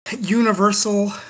Universal